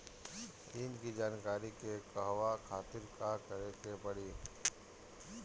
ऋण की जानकारी के कहवा खातिर का करे के पड़ी?